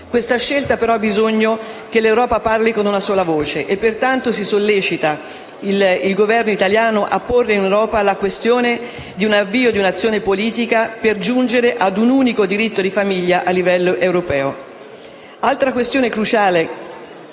Questa scelta, però, ha bisogno che l'Europa parli con una sola voce, per cui si sollecita il Governo italiano a porre in ambito europeo la questione dell'avvio di un'azione politica per giungere a un unico diritto di famiglia a livello europeo. Altra questione cruciale